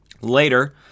later